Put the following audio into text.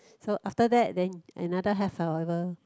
so after that then another half however